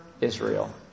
Israel